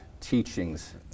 teachings